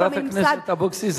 חברת הכנסת אבקסיס,